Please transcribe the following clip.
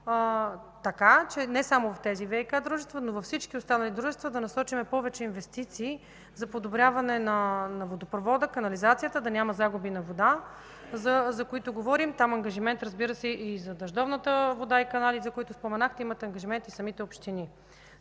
така, че не само в тези ВиК дружества, а и във всички останали да насочим повече инвестиции за подобряване на водопровода и канализацията, да няма загуби на вода, за които говорим. Там ангажимент за дъждовната вода и каналите, за които споменахте, имат ангажименти и самите общини.